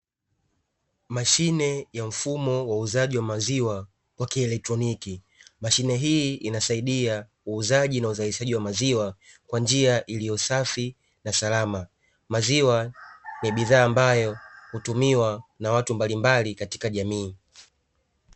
Mashine ya mfumo wa uuzaji wa maziwa wa kielektroniki, mashine hii inasaidia uuzaji na uzalishaji wa maziwa kwa njia iliyo safi na salama. Maziwa ni bidhaa ambayo hutumiwa na watu mbalimbali katika jamii.